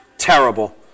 Terrible